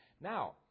Now